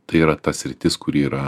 tai yra ta sritis kuri yra